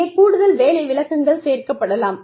இங்கே கூடுதல் வேலை விளக்கங்கள் சேர்க்கப்படலாம்